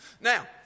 Now